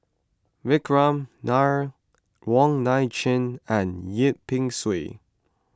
Vikram Nair Wong Nai Chin and Yip Pin Xiu